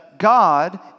God